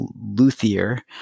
luthier